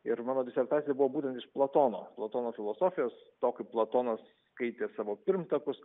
ir mano disertacija buvo būtent iš platono platono filosofijos to kaip platonas skaitė savo pirmtakus